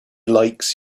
likes